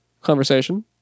conversation